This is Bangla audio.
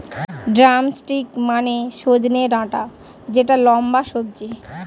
ড্রামস্টিক মানে সজনে ডাটা যেটা লম্বা সবজি